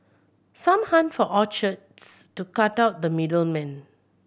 some hunt for orchards to cut out the middle man